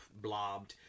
blobbed